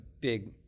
big